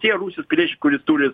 tie rusijos piliečiai kurie turi